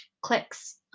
clicks